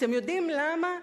אתם יודעים למה?